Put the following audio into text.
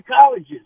colleges